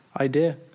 idea